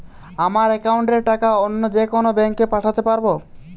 আমার একাউন্টের টাকা অন্য যেকোনো ব্যাঙ্কে পাঠাতে পারব?